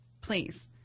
please